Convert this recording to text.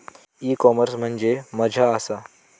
E commerce म्हणजे मझ्या आसा?